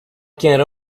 can